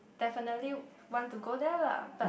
defenitely want to go there lah but